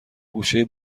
گوشه